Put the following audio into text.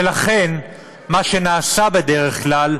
ולכן מה שנעשה בדרך כלל,